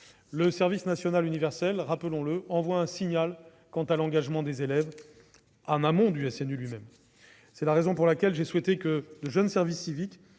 le service national universel, rappelons-le, permet d'envoyer un signal quant à l'engagement des élèves en amont du SNU lui-même. C'est la raison pour laquelle j'ai souhaité que de jeunes engagés en service civique